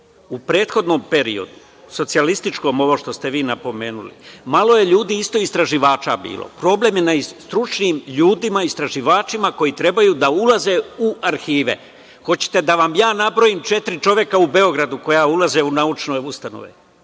prethodnom periodu, socijalističkom, ovo što ste vi napomenuli, malo je ljudi, isto, istraživača bilo. Problem je sa stručnim ljudima, istraživačima koji trebaju da ulaze u arhive. Hoćete da vam ja nabrojim četiri čoveka u Beogradu koji ulaze u naučne ustanove?